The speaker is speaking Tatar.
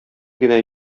генә